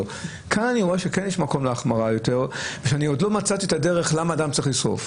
כאן יש יותר מקום להחמרה רק שעוד לא מצאתי את הדרך למה אדם צריך לשרוף.